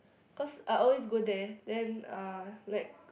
cause I always go there then uh like